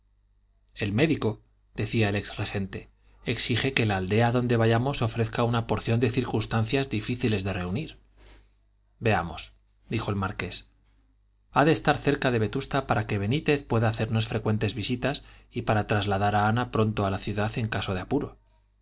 paco el médico decía el ex regente exige que la aldea a donde vayamos ofrezca una porción de circunstancias difíciles de reunir veamos dijo de marqués ha de estar cerca de vetusta para que benítez pueda hacernos frecuentes visitas y para trasladar a ana pronto a la ciudad en caso de apuro